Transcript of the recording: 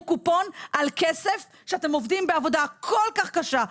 קופון על כסף כשאתם עובדים בעבודה כל כך קשה,